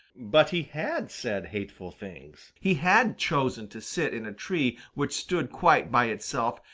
but he had said hateful things, he had chosen to sit in a tree which stood quite by itself,